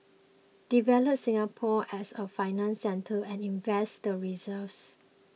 develop Singapore as a financial centre and invest the reserves